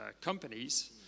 companies